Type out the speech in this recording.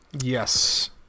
Yes